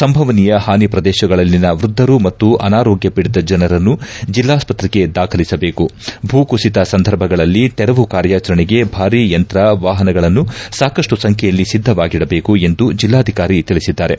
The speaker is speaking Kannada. ಸಂಭವನೀಯ ಹಾನಿ ಪ್ರದೇಶಗಳಲ್ಲಿನ ವೃದ್ದರು ಮತ್ತು ಅನಾರೋಗ್ಯ ಪೀಡಿತ ಜನರನ್ನು ಜಿಲ್ಲಾಸ್ತ್ರೆಗೆ ದಾಖಲಿಸಬೇಕು ಭೂಕುಸಿತ ಸಂದರ್ಭಗಳಲ್ಲಿ ತೆರವು ಕಾರ್ಯಾಚರಣೆಗೆ ಭಾರೀ ಯಂತ್ರ ವಾಪನಗಳನ್ನು ಸಾಕಷ್ಟು ಸಂಖ್ಯೆಯಲ್ಲಿ ಸಿದ್ದವಾಗಿಡಬೇಕು ಎಂದು ಜಿಲ್ಲಾಧಿಕಾರಿ ತಿಳಿಸಿದ್ದಾರೆ